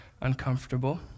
uncomfortable